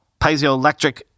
piezoelectric